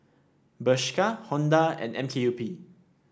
Bershka Honda and M K U P